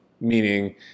meaning